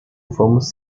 vamos